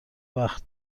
وقت